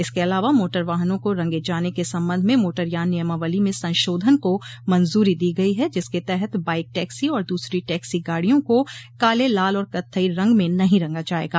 इसके अलावा मोटर वाहनों को रंगे जाने के संबंध में मोटरयान नियमावली में संशोधन को मंजूरी दी गई है जिसके तहत बाइक टैक्सी और दूसरी टैक्सी गाड़ियों को काले लाल और कत्थई रंग में नहीं रंगा जायेगा